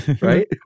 right